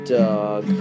dog